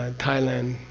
um thailand,